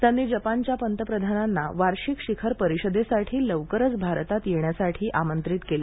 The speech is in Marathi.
त्यांनी जपानच्या पंतप्रधानांना वार्षिक शिखर परिषदेसाठी लवकरच भारतात येण्यासाठी आमंत्रित केलं